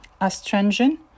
astringent